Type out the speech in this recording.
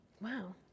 Wow